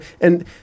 And-